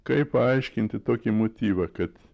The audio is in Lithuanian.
kaip paaiškinti tokį motyvą kad